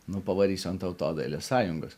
nu pavarysiu ant tautodailės sąjungos